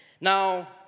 Now